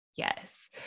Yes